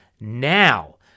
now